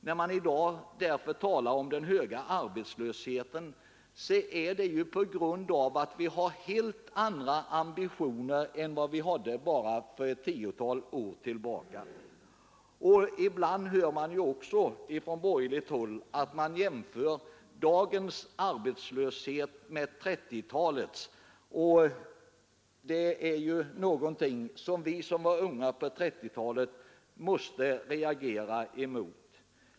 När man i dag talar om den höga arbetslösheten, beror det på att vi har helt andra ambitioner än vi hade för bara ett tiotal år sedan när det gäller sysselsättningen. Ibland jämför man på borgerligt håll dagens arbetslöshet med 1930-talets. Vi som var unga då måste reagera mot detta.